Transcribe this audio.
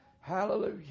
Hallelujah